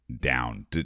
down